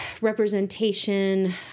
representation